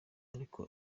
ariko